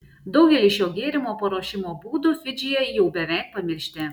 daugelis šio gėrimo paruošimo būdų fidžyje jau beveik pamiršti